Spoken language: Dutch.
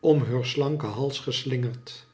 om heur slanken hals geslingerd